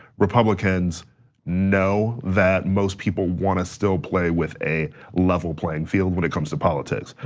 republicans know that most people wanna still play with a level playing field when it comes to politics.